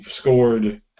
scored